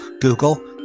Google